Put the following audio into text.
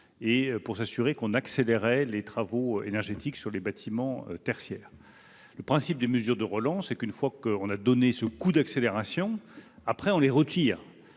et pour s'assurer qu'on accélérait les travaux énergétique sur les bâtiments tertiaires, le principe des mesures de relance et qu'une fois qu'on a donné ce coup d'accélération après on les retire